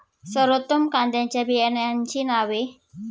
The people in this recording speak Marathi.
सर्वोत्तम कांद्यांच्या बियाण्यांची नावे?